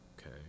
Okay